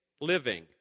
living